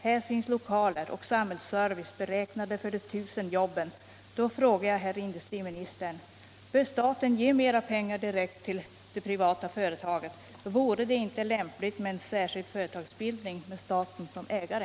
Här finns lokaler och samhällsservice beräknade för de tusen jobben. Då frågar jag industriministern: Bör staten ge mer pengar direkt till det företaget? Vore det inte lämpligt med särskild företagsbildning med staten som ägare?